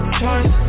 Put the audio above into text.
choice